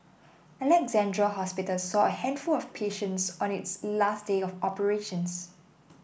Alexandra Hospital saw a handful of patients on its last day of operations